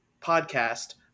podcast